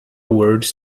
words